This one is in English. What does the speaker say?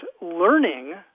learning